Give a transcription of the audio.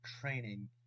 training